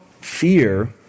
fear